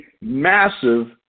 massive